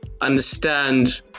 understand